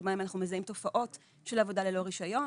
שבהם אנחנו מזהים תופעות של עבודה ללא רישיון,